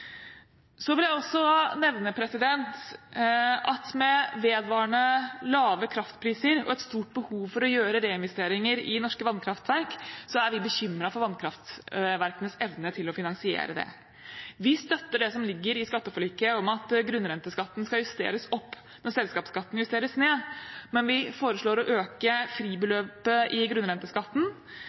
Så vil jeg også nevne at med vedvarende lave kraftpriser og et stort behov for å gjøre reinvesteringer i norske vannkraftverk er vi bekymret for vannkraftverkenes evne til å finansiere det. Vi støtter det som ligger i skatteforliket om at grunnrenteskatten skal justeres opp, mens selskapsskatten justeres ned, men vi foreslår å øke fribeløpet i grunnrenteskatten.